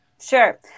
Sure